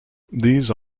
these